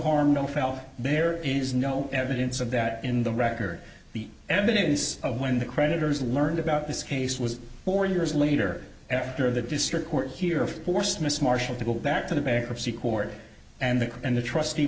harm no foul there is no evidence of that in the record the evidence of when the creditors learned about this case was four years later after the district court here of course mr marshall to go back to the bankruptcy court and the and the trustee